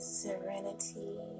serenity